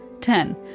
ten